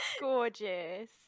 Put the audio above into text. gorgeous